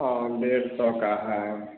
औ डेढ़ सौ का है